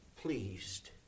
pleased